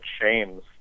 shames